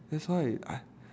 that's why I